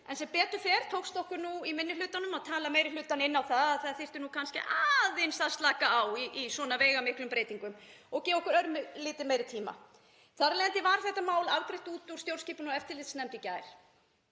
en sem betur fer tókst okkur nú í minni hlutanum að tala meiri hlutann inn á það að það þyrfti kannski aðeins að slaka á í svona veigamiklum breytingum og gefa okkur örlítið meiri tíma. Þar af leiðandi var þetta mál afgreitt út úr stjórnskipunar- og eftirlitsnefnd í gær.